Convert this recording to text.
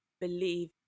believe